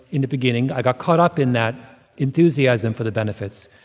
in the beginning, i got caught up in that enthusiasm for the benefits.